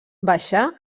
baixà